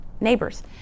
neighbors